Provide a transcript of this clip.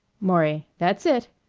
maury that's it.